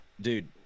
dude